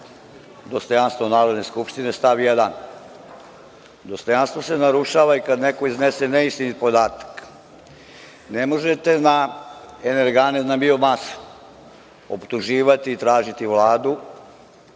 dostojanstvo Narodne skupštine, stav 1. Dostojanstvo se narušava i kada neko iznese neistinit podatak. Ne možete na energane na biomasu optuživati ni tražiti Vladu